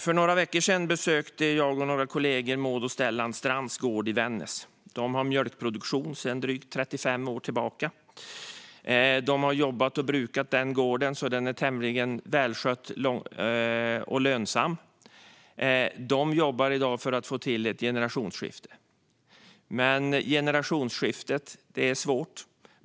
För några veckor sedan besökte jag och några kollegor Maud och Stellan Strands gård i Vännäs. De har mjölkproduktion sedan drygt 35 år, och de har jobbat och brukat jorden på gården så att den är tämligen välskött och lönsam. De jobbar i dag för att få till ett generationsskifte, men det är svårt.